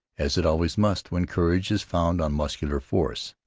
as it always must when courage is founded on muscular force.